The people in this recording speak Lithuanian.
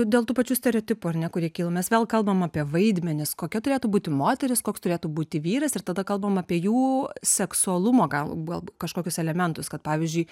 dėl tų pačių stereotipų ar ne kurie kyla mes vėl kalbam apie vaidmenis kokia turėtų būti moteris koks turėtų būti vyras ir tada kalbam apie jų seksualumo gal gal kažkokius elementus kad pavyzdžiui